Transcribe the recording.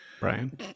Brian